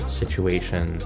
situation